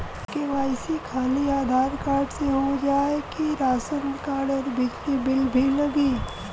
KYC खाली Aadhaar card से हो जाए कि राशन कार्ड अउर बिजली बिल भी लगी?